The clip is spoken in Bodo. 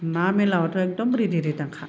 ना मेर्ला बाथ' एखदम रिदि रिदां खा